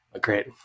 Great